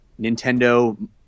Nintendo